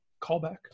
callback